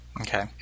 okay